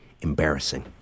embarrassing